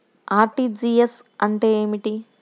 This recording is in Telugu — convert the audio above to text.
అర్.టీ.జీ.ఎస్ అంటే ఏమిటి?